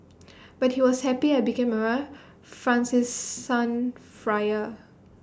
but he was happy I became A Francis son friar